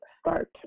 start